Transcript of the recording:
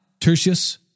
Tertius